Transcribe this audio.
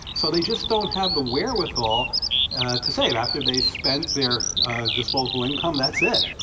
so they just don't have the wherewithal to save. after they spent their disposable income, that's it.